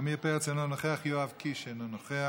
עמיר פרץ, אינו נוכח, יואב קיש, אינו נוכח,